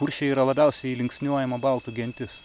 kuršiai yra labiausiai linksniuojama baltų gentis